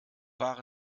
war